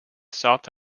south